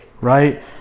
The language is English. Right